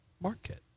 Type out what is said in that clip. Market